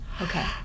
Okay